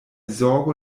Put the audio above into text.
zorgo